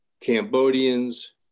Cambodians